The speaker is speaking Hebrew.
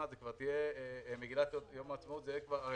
זאת כבר תהיה מגילת יום העצמאות,